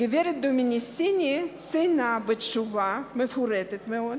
גברת דומיניסיני ציינה בתשובה מפורטת מאוד,